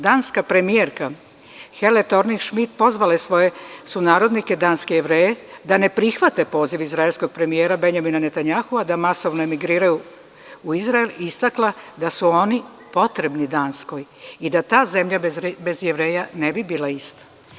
Danska premijerka Hele Torning Šmit, pozvala je svoje sunarodnike danske Jevreje da ne prihvate poziv izraelskog premijera Benjamina Netanjahua, da masovno migriraju u Izrael i istakla da su oni potrebni Danskoj i da ta zemlja bez Jevreja ne bi bila ista.